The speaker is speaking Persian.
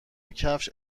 کفش